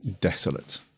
Desolate